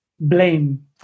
blame